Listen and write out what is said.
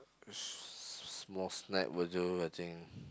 s~ small snack will do I think